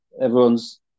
Everyone's